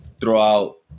throughout